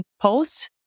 posts